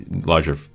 larger